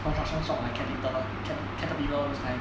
constructions stock like capital cat~ caterpillar those kind